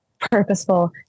purposeful